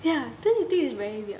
ya don't you think it's very weird